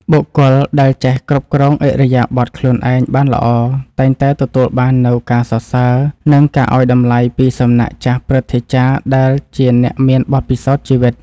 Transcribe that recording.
បុគ្គលដែលចេះគ្រប់គ្រងឥរិយាបថខ្លួនឯងបានល្អតែងតែទទួលបាននូវការសរសើរ និង ការឱ្យតម្លៃពីសំណាក់ចាស់ព្រឹទ្ធាចារ្យដែលជាអ្នកមានបទពិសោធន៍ជីវិត។